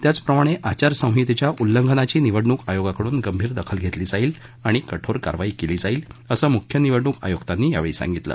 त्याचप्रमाणे आचारसंहितेच्या उल्लंघनाची निवडणूक आयोगाकडून गंभीर दखल घेतली जाईलआणि कठोर कारवाई केली जाईल असं म्ख्य निवडणूक आय्क्तांनी यावेळी सांगितलं